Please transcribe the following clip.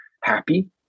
happy